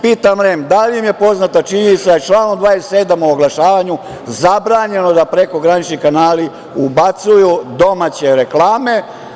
Pitam REM da li im je poznata činjenica da je članom 27. o oglašavanju zabranjeno da prekogranični kanali ubacuju domaće reklame?